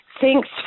thanks